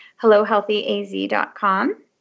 HelloHealthyAZ.com